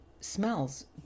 smells